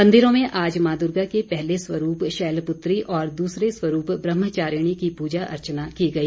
मंदिरों में आज मां दुर्गा के पहले स्वरूप शैलपुत्री और दूसरे स्वरूप ब्रह्मचारिणी की प्रजा अर्चना की गई